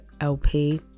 LP